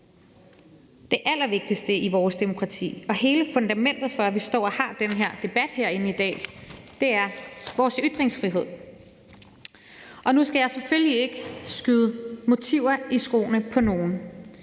Det allervigtigste i vores demokrati og hele fundamentet for, at vi står og har den her debat herinde i dag, er vores ytringsfrihed. Nu skal jeg selvfølgelig ikke skyde nogen nogle